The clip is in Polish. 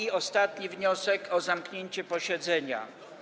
I ostatni wniosek, o zamknięcie posiedzenia.